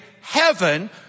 heaven